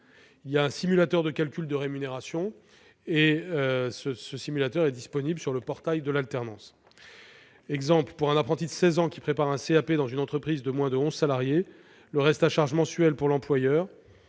Un simulateur de calcul de rémunération est disponible sur le portail de l'alternance. Par exemple, s'agissant d'un apprenti de 16 ans qui prépare un CAP dans une entreprise de moins de onze salariés, le reste à charge mensuel pour l'employeur,